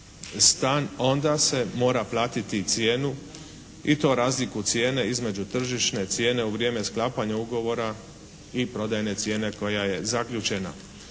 stan onda se mora platiti cijenu i to razliku cijene između tržišne cijene u vrijeme sklapanja ugovora i prodajne cijene koja je zaključena.